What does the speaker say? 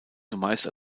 zumeist